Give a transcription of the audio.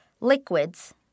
liquids